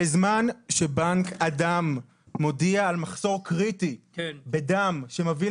בזמן שבנק הדם מודיע על מחסור קריטי בדם שמביא